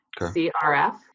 CRF